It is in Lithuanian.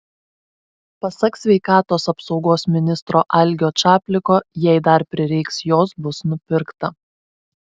pasak sveikatos apsaugos ministro algio čapliko jei dar prireiks jos bus nupirkta